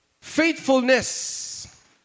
faithfulness